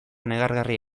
negargarri